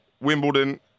Wimbledon